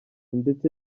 ndetse